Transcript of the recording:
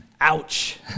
Ouch